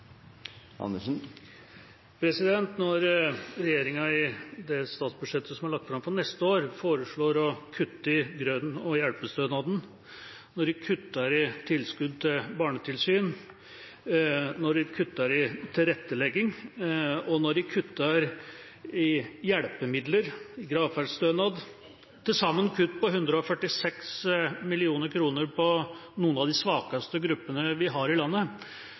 lagt fram for neste år, foreslår å kutte i grunn- og hjelpestønaden, når den kutter i tilskudd til barnetilsyn, når den kutter i tilrettelegging, og når den kutter i hjelpemidler og gravferdsstønad – til sammen kutt på 146 mill. kr til noen av de svakeste gruppene vi har i landet